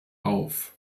auf